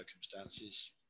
circumstances